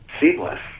seamless